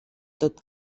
tot